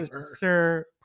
sir